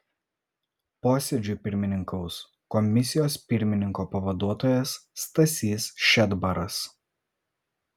posėdžiui pirmininkaus komisijos pirmininko pavaduotojas stasys šedbaras